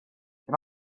can